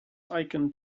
icon